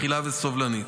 מכילה וסובלנית.